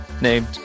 named